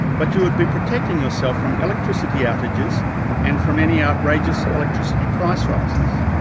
but you would be protecting yourself from electricity outages and from any outrageous electricity price rises.